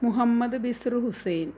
Muhammad Bisaru Hussain